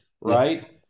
Right